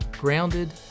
grounded